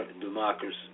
democracy